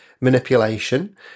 manipulation